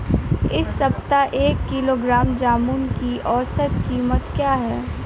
इस सप्ताह एक किलोग्राम जामुन की औसत कीमत क्या है?